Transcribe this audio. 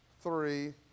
three